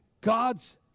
God's